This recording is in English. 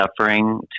suffering